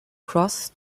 cross